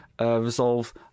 resolve